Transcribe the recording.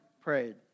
prayed